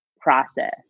process